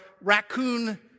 raccoon